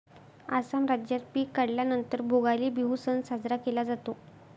आसाम राज्यात पिक काढल्या नंतर भोगाली बिहू सण साजरा केला जातो